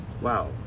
wow